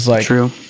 True